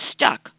stuck